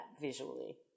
visually